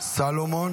סמכויות האפוטרופוס),